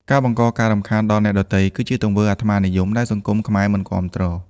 ការបង្កការរំខានដល់អ្នកដទៃ គឺជាទង្វើអាត្មានិយមដែលសង្គមខ្មែរមិនគាំទ្រ។